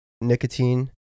nicotine